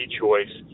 choice